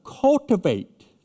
cultivate